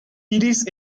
iris